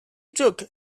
took